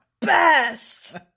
best